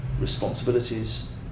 responsibilities